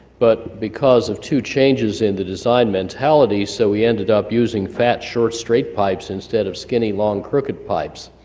but because of two changes in the design mentality so we ended up using fat short straight pipes instead of skinny long crooked pipes.